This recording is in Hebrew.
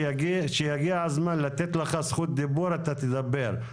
כשיגיע הזמן לתת לך זכות דיבור אתה תדבר.